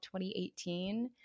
2018